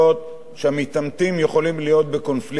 שהמתעמתים יכולים להיות בקונפליקט אתן,